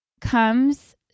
comes